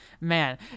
man